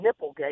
Nipplegate